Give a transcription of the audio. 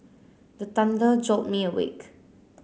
the thunder jolt me awake